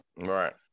Right